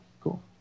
cool